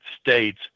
state's